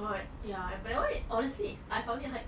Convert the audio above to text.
oh but that one honestly I found it hard